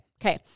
Okay